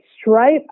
stripe